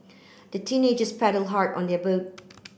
the teenagers paddled hard on their boat